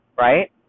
right